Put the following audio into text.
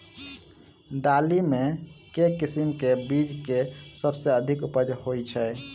दालि मे केँ किसिम केँ बीज केँ सबसँ अधिक उपज होए छै?